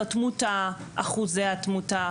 התמותה, אחוזי התמותה.